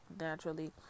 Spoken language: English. naturally